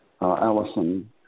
Allison